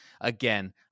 Again